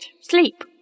sleep